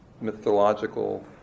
Mythological